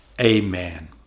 amen